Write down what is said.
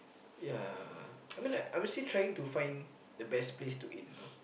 ya I mean like obviously trying to find the best place to eat you know